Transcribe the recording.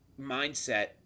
mindset